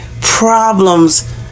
problems